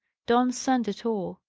don't send at all.